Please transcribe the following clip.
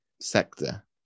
sector